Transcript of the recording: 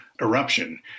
eruption